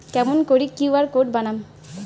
কেমন করি QR code বানাম?